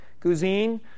Guzine